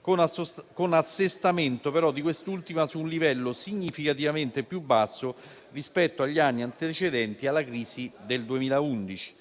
con l'assestamento di quest'ultima su un livello significativamente più basso rispetto agli anni antecedenti alla crisi del 2011.